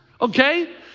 Okay